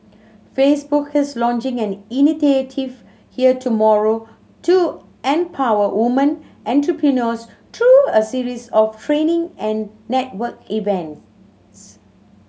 Facebook is launching an initiative here tomorrow to empower woman entrepreneurs through a series of training and networking events